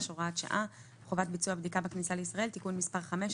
(הוראת שעה) (חובת ביצוע בדיקה בכניסה לישראל) (תיקון מס' 5),